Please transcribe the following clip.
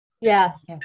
Yes